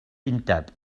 undeb